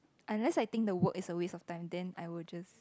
unless I think the work is a waste of time then I will just